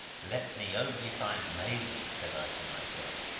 let me only find maisie, said i to myself,